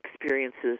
experiences